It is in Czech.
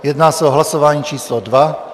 Jedná se o hlasování číslo 2.